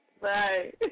Bye